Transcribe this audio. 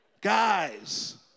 Guys